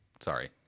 Sorry